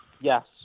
Yes